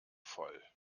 voll